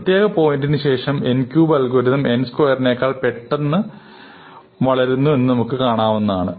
ഒരു പ്രത്യേക പോയിന്റിന് ശേഷം n ക്യൂബ് അൽഗോരിതം n സ്ക്വയറിനേക്കാൾ പെട്ടെന്ന് എന്ന് വളരുന്നു വന്നു എന്ന് നമുക്ക് കാണാവുന്നതാണ്